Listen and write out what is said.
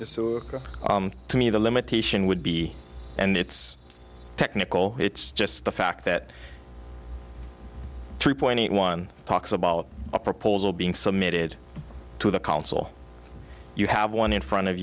so to me the limitation would be and it's technical it's just the fact that three point eight one talks about a proposal being submitted to the council you have one in front of